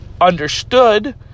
understood